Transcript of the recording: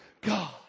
God